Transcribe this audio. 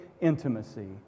intimacy